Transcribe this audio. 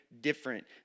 different